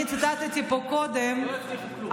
לא הבטיחו כלום.